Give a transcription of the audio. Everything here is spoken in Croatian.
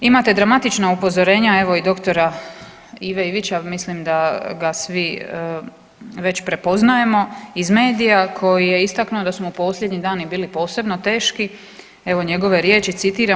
Imate dramatična upozorenja evo i dr. Ive Ivića mislim da ga svi već prepoznajemo iz medija koji je istaknuo da su mu posljednji dani bili posebno teški, evo njegove riječi citiram.